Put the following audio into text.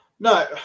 No